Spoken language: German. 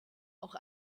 auch